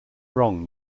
wrong